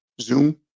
Zoom